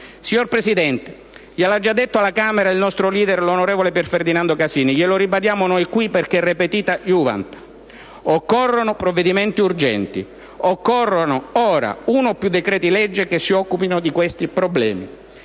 Signor Presidente, glielo ha già detto alla Camera dei deputati il nostro leader*,* l'onorevole Pier Ferdinando Casini, glielo ribadiamo noi qui, perché *repetita iuvant*. Occorrono provvedimenti urgenti, occorrono ora uno o più decreti-leggi che si occupino di questi problemi: